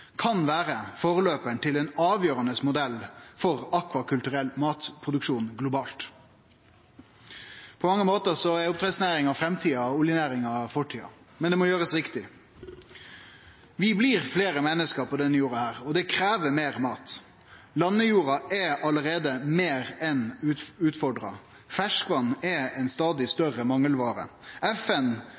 kan vere forløparen til ein avgjerande modell for akvakulturell matproduksjon globalt. På mange måtar er oppdrettsnæringa framtida og oljenæringa fortida. Men det må gjerast riktig. Vi blir fleire menneske på denne jorda, og det krev meir mat. Landjorda er allereie meir enn utfordra. Ferskvatn er ei stadig større mangelvare. FN